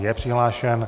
Je přihlášen.